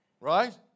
Right